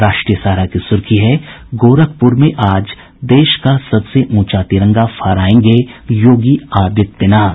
राष्ट्रीय सहारा की सुर्खी है गोरखपुर में आज देश का सबसे ऊंचा तिरंगा फहरायेंगे योगी आदित्यनाथ